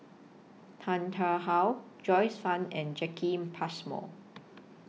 Tan Tarn How Joyce fan and Jacki Passmore